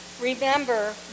remember